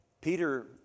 Peter